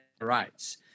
Rights